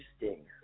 interesting